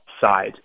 side